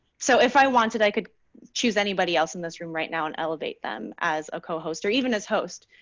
so if i wanted, i could choose anybody else in this room right now and elevate them as a co host or even as host.